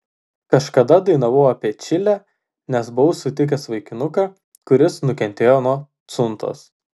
kažkada dainavau apie čilę nes buvau sutikęs vaikinuką kuris nukentėjo nuo chuntos